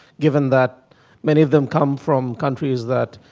given that many of them come from countries that